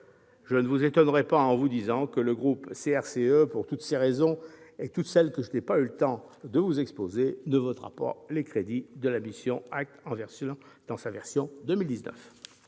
je ne vous étonnerai pas en vous disant que le groupe CRCE, pour toutes ces raisons et toutes celles que je n'ai pas eu le temps de vous exposer, ne votera pas les crédits de la mission « Administration